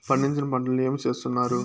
పండించిన పంటలని ఏమి చేస్తున్నారు?